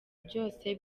byose